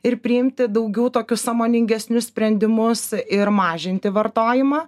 ir priimti daugiau tokius sąmoningesnius sprendimus ir mažinti vartojimą